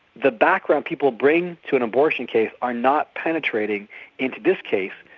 the background people bring to an abortion case are not penetrating into this case,